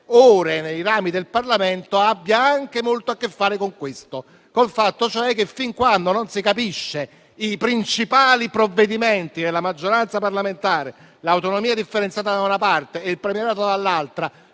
ore nei rami del Parlamento, abbia anche molto a che fare con il fatto che fin quando non si capisce come procederanno i principali provvedimenti della maggioranza parlamentare - l'autonomia differenziata, da una parte, e il premierato, dall'altra